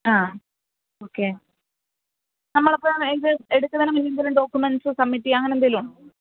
ആ ഓക്കെ നമ്മളപ്പോള് ഇത് എടുക്കുന്നതിനു മുൻപേതെങ്കിലും ഡോക്കുമെന്റ്സ് സമ്മിറ്റേയ്യാ അങ്ങനെന്തേലുമുണ്ടോ